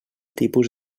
tipus